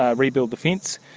ah rebuild the fence.